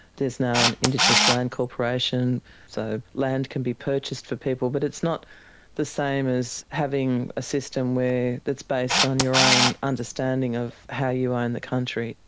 there's now an indigenous land corporation so land can be purchased for people, but it's not the same as having a system that's based on your own understanding of how you own the country.